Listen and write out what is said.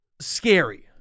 scary